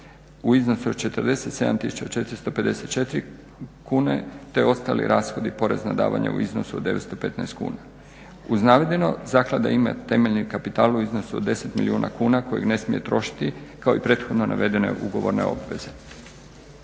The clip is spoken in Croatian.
u iznosu od 47 tisuća 454 kune te ostali rashodi i porezna davanja u iznosu od 915 kuna. Uz navedeno, zaklada ima temeljni kapital u iznosu od 10 milijuna kuna kojeg ne smije trošiti kao i prethodno navedene ugovorne obveze.